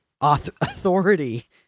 authority